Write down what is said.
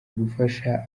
gufasha